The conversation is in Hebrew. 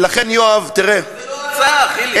ולכן, יואב, אבל זו לא ההצעה, חיליק.